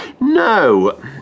No